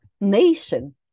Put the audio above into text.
nation